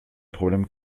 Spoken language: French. problème